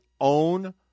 own